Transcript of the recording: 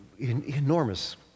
enormous